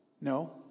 no